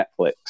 Netflix